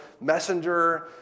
messenger